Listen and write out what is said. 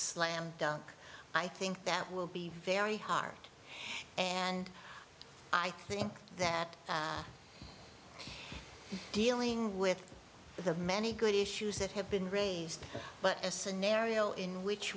slam dunk i think that will be very hard and i think that dealing with the many good issues that have been raised but a scenario in which